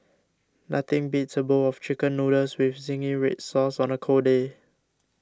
nothing beats a bowl of Chicken Noodles with Zingy Red Sauce on a cold day